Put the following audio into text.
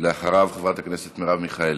ואחריו, חברת הכנסת מרב מיכאלי.